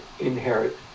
inherit